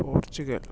Portugal